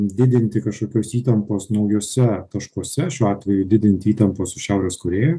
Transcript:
didinti kažkokios įtampos naujuose taškuose šiuo atveju didinti įtampos su šiaurės korėja